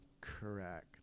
Correct